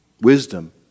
wisdom